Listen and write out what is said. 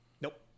Nope